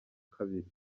kabiri